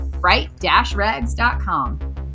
Fright-Rags.com